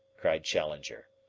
cried challenger.